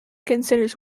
considers